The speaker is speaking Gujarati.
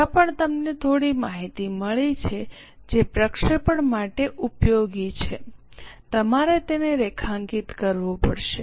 જ્યાં પણ તમને થોડી માહિતી મળી છે જે પ્રક્ષેપણ માટે ઉપયોગી છે તમારે તેને રેખાંકિત કરવું પડશે